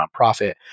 nonprofit